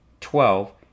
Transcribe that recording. Twelve